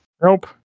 Nope